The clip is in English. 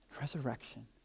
resurrection